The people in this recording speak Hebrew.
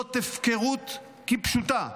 זאת הפקרות כפשוטה.